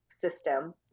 system